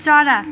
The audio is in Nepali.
चरा